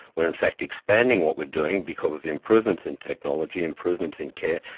we are in fact expanding what we are doing because of improvements in technology, improvements in care.